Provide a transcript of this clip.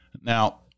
Now